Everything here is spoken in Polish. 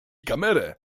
kamerę